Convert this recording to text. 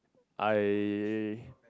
I